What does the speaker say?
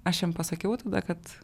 aš jam pasakiau tada kad